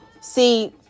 See